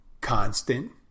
constant